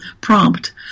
prompt